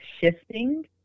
Shifting